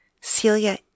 Celia